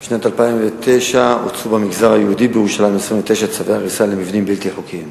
2. בשנת 2009 הוצאו במגזר היהודי 29 צווי הריסה למבנים בלתי חוקיים.